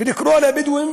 ולקרוא לבדואים